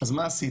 אז מה עשית?